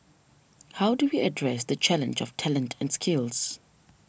how do we address the challenge of talent and skills